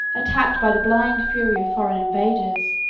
attacked by the blind fury of foreign invaders,